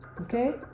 Okay